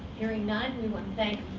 hearing none, we want to thank,